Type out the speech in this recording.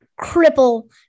cripple